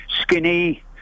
Skinny